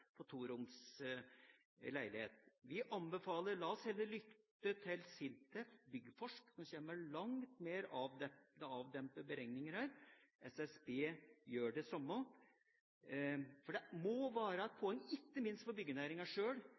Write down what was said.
en toroms leilighet. Vi anbefaler heller å lytte til SINTEF Byggforsk, som kommer med langt mer avdempede beregninger her. SSB gjør det samme. For det må være et poeng, ikke minst for byggenæringa sjøl,